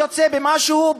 יוצא במשהו,